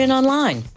online